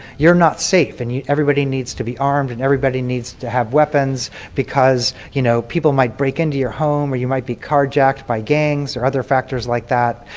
you're not safe and everybody needs to be armed and everybody needs to have weapons because you know people might break into your home or you might be car jacked by gangs or other factors like that.